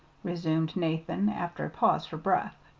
resumed nathan, after a pause for breath.